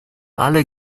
alle